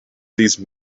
these